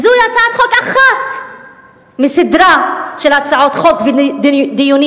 וזו הצעת חוק אחת בסדרה של הצעות חוק ודיונים